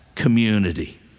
Community